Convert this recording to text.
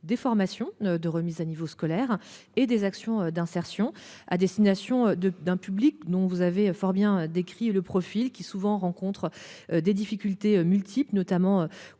des formations de remise à niveau scolaire et des actions d'insertion à destination de d'un public dont vous avez fort bien décrit et le profil qui souvent rencontrent des difficultés multiples notamment comportementale